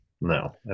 No